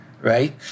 right